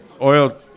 oil